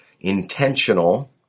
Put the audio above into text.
intentional